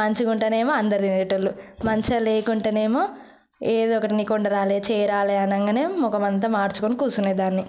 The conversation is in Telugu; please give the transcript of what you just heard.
మంచిగుంటేనేమో అందరు తినేటి వాళ్ళు మంచిగా లేకుంటేనేమో ఏదో ఒకటి నీకు వంట రాలేదు చేయరాలేదు అనంగానే మఖం అంతా మాడ్చుకుని కూర్చునేదాన్ని